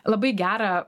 labai gerą